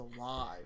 alive